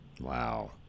Wow